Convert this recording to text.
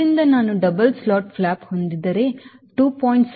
ಆದ್ದರಿಂದ ನಾನು double slotted flap ಹೊಂದಿದ್ದರೆ 2